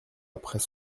après